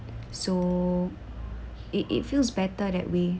so it it feels better that way